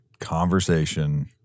conversation